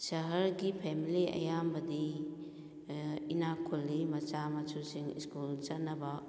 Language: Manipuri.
ꯁꯍꯔꯒꯤ ꯐꯦꯃꯤꯂꯤ ꯑꯌꯥꯝꯕꯗꯤ ꯏꯅꯥꯛ ꯈꯨꯜꯂꯤ ꯃꯆꯥ ꯃꯁꯨꯁꯤꯡ ꯁ꯭ꯀꯨꯜ ꯆꯠꯅꯕ